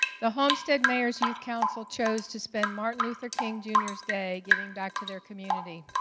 the homestead mayors youth council chose to spend martin luther king jr s day giving back to their community.